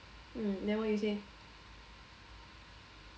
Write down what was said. mm then what you say